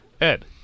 Ed